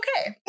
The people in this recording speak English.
okay